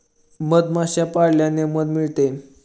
मधमाश्या पाळल्याने मध मिळते